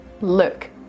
look